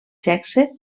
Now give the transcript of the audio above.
sexe